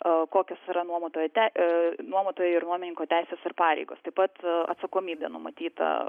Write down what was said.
a kokios yra nuomotojo a nuomotojų ir nuomininkų teisės ir pareigos taip pat atsakomybė numatyta